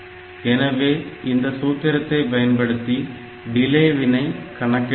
எனவே இந்த சூத்திரத்தை பயன்படுத்தி டிலேவினை கணக்கிட முடியும்